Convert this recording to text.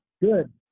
Good